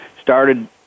started